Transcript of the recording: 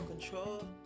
control